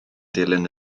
dilyn